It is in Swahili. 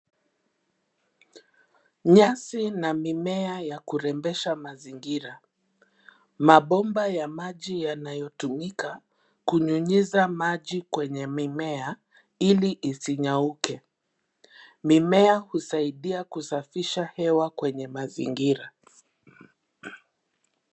Nyasi na mimea ya kurembesha mazingira. Mabomba ya maji yanayotumika, kunyunyiza maji kwenye mimea, ili isinyauke. Mimea husaidia kusafisha hewa kwenye mazingira.